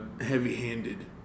heavy-handed